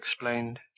explained